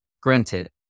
Granted